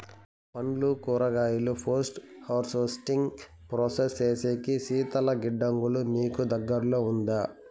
పండ్లు కూరగాయలు post harvesting process సేసేకి శీతల గిడ్డంగులు మీకు దగ్గర్లో ఉందా?